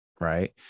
Right